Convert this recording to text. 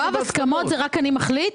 יואב, הסכמות זה "רק אני מחליט"?